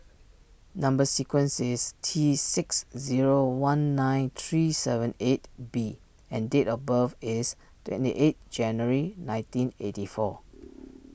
Number Sequence is T six zero one nine three seven eight B and date of birth is twenty eight January nineteen eighty four